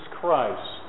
Christ